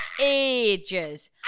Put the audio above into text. ages